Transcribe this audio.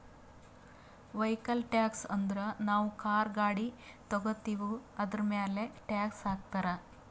vehicle tax ಅಂದುರ್ ನಾವು car, ಗಾಡಿ ತಗೋತ್ತಿವ್ ಅದುರ್ಮ್ಯಾಲ್ ಟ್ಯಾಕ್ಸ್ ಹಾಕ್ತಾರ್